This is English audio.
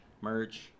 merch